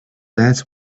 that